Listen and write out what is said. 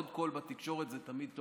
עוד קול בתקשורת זה תמיד טוב,